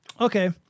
Okay